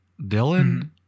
Dylan